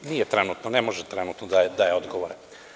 Uh, nije trenutno tu, ne može trenutno da daje odgovore.